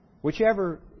Whichever